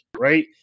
right